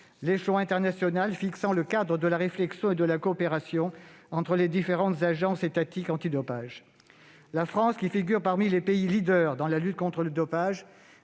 l'échelon international fixant le cadre de la réflexion et de la coopération entre les différentes agences étatiques antidopage. La France, qui figure parmi les pays leaders dans la lutte contre le dopage,